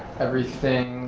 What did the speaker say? everything.